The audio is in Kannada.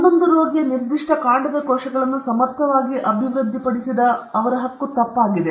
ಹನ್ನೊಂದು ರೋಗಿಯ ನಿರ್ದಿಷ್ಟ ಕಾಂಡದ ಕೋಶಗಳನ್ನು ಸಮರ್ಥವಾಗಿ ಅಭಿವೃದ್ಧಿಪಡಿಸಿದ ಅವರ ಹಕ್ಕು ತಪ್ಪಾಗಿದೆ